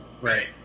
Right